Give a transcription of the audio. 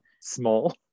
small